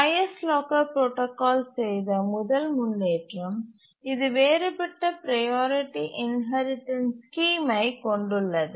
highest locker protocol செய்த முதல் முன்னேற்றம் இது வேறுபட்ட ப்ரையாரிட்டி இன்ஹெரிடன்ஸ் ஸ்கீம்ஐ கொண்டுள்ளது